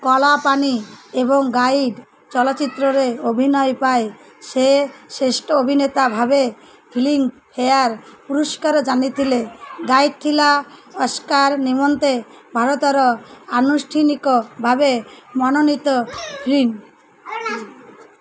କଳା ପାଣି ଏବଂ ଗାଇଡ଼୍ ଚଳଚ୍ଚିତ୍ରରେ ଅଭିନୟ ପାଇଁ ସେ ଶ୍ରେଷ୍ଠ ଅଭିନେତା ଭାବେ ଫିଲ୍ମଫେୟାର୍ ପୁରସ୍କାର ଜାନିଥିଲେ ଗାଇଡ଼୍ ଥିଲା ଅସ୍କାର ନିମନ୍ତେ ଭାରତର ଆନୁଷ୍ଠାନିକ ଭାବେ ମନୋନୀତ ଫିଲ୍ମ